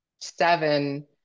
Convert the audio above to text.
seven